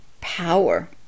power